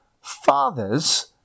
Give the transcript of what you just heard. Fathers